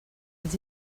els